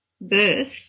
birth